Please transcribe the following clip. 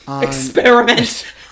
Experiment